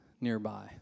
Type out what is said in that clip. nearby